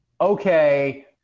okay